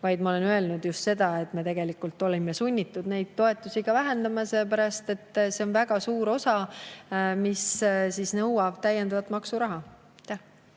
vaid ma olen öelnud seda, et me tegelikult olime sunnitud neid toetusi vähendama, sellepärast et see on väga suur [summa], mis nõuab täiendavat maksuraha.